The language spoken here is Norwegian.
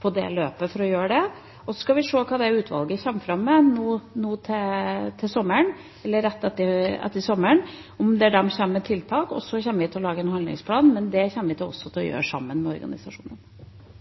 for å gjøre det. Så skal vi se hva det utvalget kommer opp med til sommeren, eller rett etter sommeren, der de kommer med tiltak, og så kommer vi til å lage en handlingsplan, men det kommer vi også til å gjøre sammen med organisasjonene.